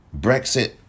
Brexit